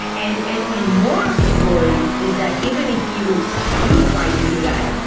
and and and more worry is that even if you do try to do that,